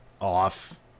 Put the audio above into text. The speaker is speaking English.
off